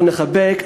אנחנו נחבק,